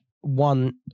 one